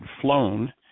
flown